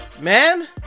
man